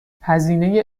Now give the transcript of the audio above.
هزینه